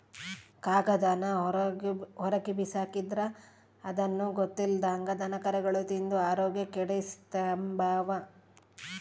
ಕಾಗದಾನ ಹೊರುಗ್ಬಿಸಾಕಿದ್ರ ಅದುನ್ನ ಗೊತ್ತಿಲ್ದಂಗ ದನಕರುಗುಳು ತಿಂದು ಆರೋಗ್ಯ ಕೆಡಿಸೆಂಬ್ತವ